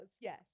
yes